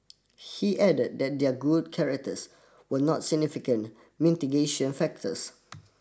he added that their good characters were not significant mitigatio factors